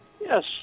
Yes